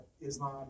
Islam